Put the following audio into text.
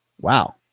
Wow